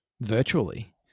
virtually